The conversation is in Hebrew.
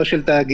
לא של תאגידים.